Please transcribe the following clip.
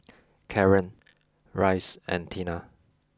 Caren Rice and Tina